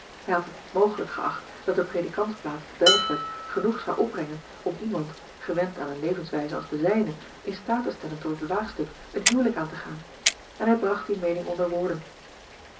hij had het niet mogelijk geacht dat de predikantsplaats te delaford genoeg zou opbrengen om iemand gewend aan een levenswijze als de zijne in staat te stellen tot het waagstuk een huwelijk aan te gaan en hij bracht die meening onder woorden